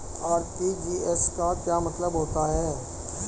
RTGS का क्या मतलब होता है?